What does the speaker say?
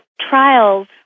trials